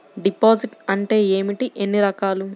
Deposit అంటే ఏమిటీ ఎన్ని రకాలు?